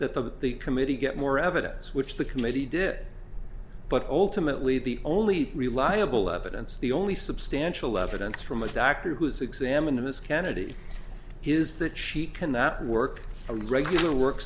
be that the committee get more evidence which the committee did but ultimately the only reliable evidence the only substantial evidence from a doctor who is examined in this kennedy is that she cannot work a regular work